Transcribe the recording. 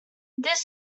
this